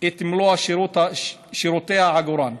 את מלוא שירותי העגורן,